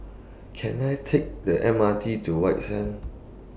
Can I Take The M R T to White Sands